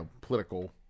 political